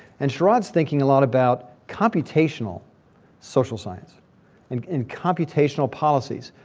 and sharad's thinking a lot about computational social science and and computational policies.